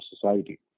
society